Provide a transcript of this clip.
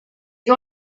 you